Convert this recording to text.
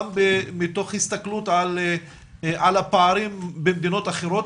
גם מתוך הסתכלות על הפערים במדינות אחרות